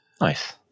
nice